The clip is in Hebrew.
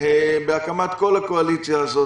בהקמת כל הקואליציה הזאת,